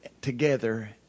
together